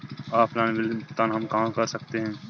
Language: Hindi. ऑफलाइन बिल भुगतान हम कहां कर सकते हैं?